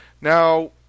Now